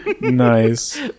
nice